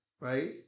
right